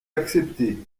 accepté